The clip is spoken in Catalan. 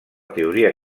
teoria